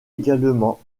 également